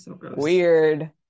weird